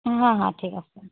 হা হা হা ঠিক আছে